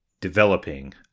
Developing